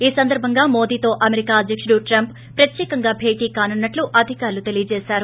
ఈ సందర్బంగా మోదీతో అమెరికా అధ్యకుడు ట్రంప్ ప్రత్యేకంగా భేటీ కానున్నట్టు అధికారులు తెలియజేసారు